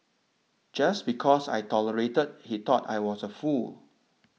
just because I tolerated he thought I was a fool